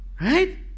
Right